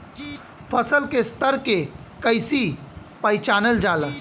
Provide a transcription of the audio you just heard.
फसल के स्तर के कइसी पहचानल जाला